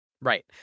Right